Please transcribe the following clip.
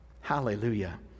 Hallelujah